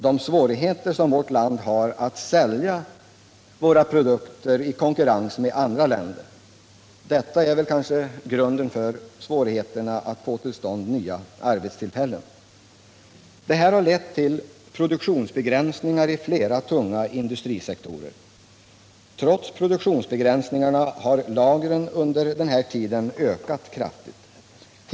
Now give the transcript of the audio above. De svårigheter som vi har att sälja våra produkter i konkurrens med andra länder är också oroande. Detta är grunden till svårigheterna att få till stånd nya arbetstillfällen. Det här har lett till produktionsbegränsningar i flera tunga industrisektorer. Trots produktionsbegränsningarna har lagren ökat kraftigt.